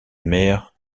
mère